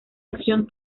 acción